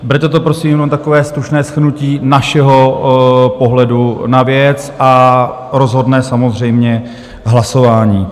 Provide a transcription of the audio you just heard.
Berte to prosím jenom jako takové stručné shrnutí našeho pohledu na věc a rozhodne samozřejmě hlasování.